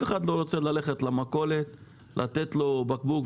הרבה אנשים לא רוצים ללכת למכולת כדי להחזיר בקבוקים.